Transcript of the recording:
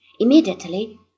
Immediately